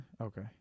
Okay